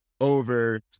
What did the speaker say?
over